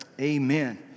Amen